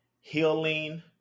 healing